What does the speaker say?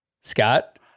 Scott